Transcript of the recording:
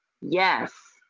yes